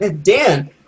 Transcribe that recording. Dan